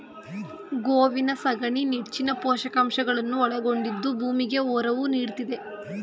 ಗೋವಿನ ಸಗಣಿ ನೆಚ್ಚಿನ ಪೋಷಕಾಂಶಗಳನ್ನು ಒಳಗೊಂಡಿದ್ದು ಭೂಮಿಗೆ ಒರವು ನೀಡ್ತಿದೆ